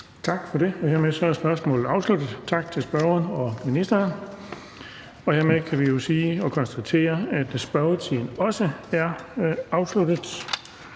Tak for det. Hermed er spørgsmålet afsluttet. Tak til spørgeren og ministeren. Hermed kan vi konstatere, at spørgetiden også er afsluttet.